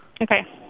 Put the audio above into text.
Okay